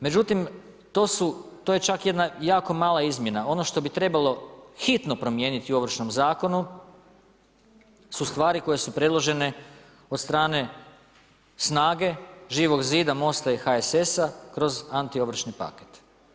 Međutim, to je čak jedna jako mala izmjena, ono što bi trebalo hitno promijeniti u ovršnom zakonu, su stvari koje su predložene od strane SNAGA-e, Živog zida, MOST-a i HSS-a kroz anti ovršni paket.